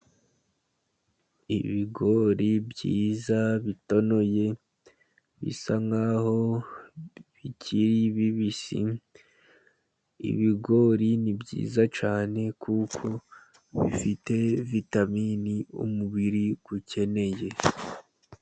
Ibigori byiza bitonoye bisa nk'aho bikiri bibisi. Ibigori ni byiza cyane kuko bifite vitaminini umubiri ukeneye.